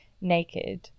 naked